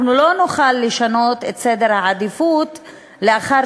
אנחנו לא נוכל לשנות את סדר העדיפויות לאחר